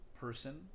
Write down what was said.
person